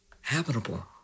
habitable